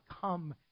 come